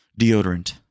deodorant